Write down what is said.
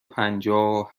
پنجاه